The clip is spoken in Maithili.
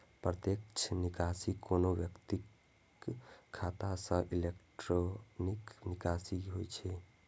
प्रत्यक्ष निकासी कोनो व्यक्तिक खाता सं इलेक्ट्रॉनिक निकासी होइ छै